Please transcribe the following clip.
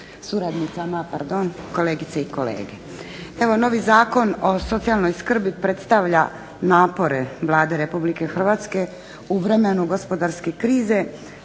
suradnicama pardon, kolegice i kolege. Evo novi Zakon o socijalnoj skrbi predstavlja napore Vlade RH u vremenu gospodarske krize